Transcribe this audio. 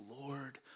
Lord